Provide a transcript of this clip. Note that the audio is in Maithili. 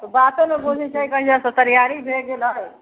बाते नहि बुझै छै कहिया सऽ तैयारी भए गेल हय